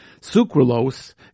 Sucralose